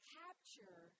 capture